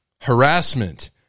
harassment